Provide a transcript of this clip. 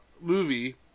movie